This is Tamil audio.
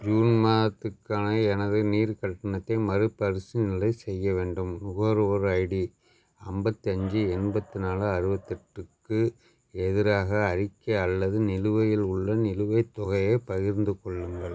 ஜூன் மாதத்துக்கான எனது நீர் கட்டணத்தை மறுபரிசீலனை செய்ய வேண்டும் நுகர்வோர் ஐடி ஐம்பத்தி அஞ்சு எண்பத்தி நாலு அறுபத்தெட்டுக்கு எதிராக அறிக்கை அல்லது நிலுவையில் உள்ள நிலுவைத் தொகையைப் பகிர்ந்துக் கொள்ளுங்கள்